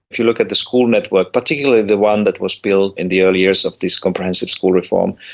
if you look at the school network, particularly the one that was built in the early years of this comprehensive school reform,